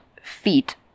feet